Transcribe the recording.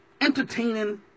entertaining